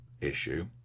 issue